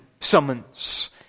summons